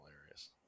hilarious